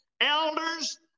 Elders